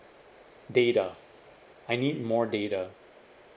data I need more data